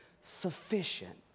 sufficient